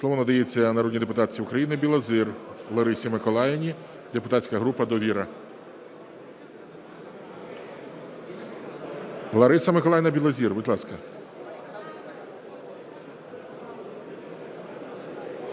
Слово надається народній депутатці України Білозір Ларисі Миколаївні, депутатська група "Довіра". Лариса Миколаївна Білозір, будь ласка.